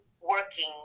working